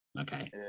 Okay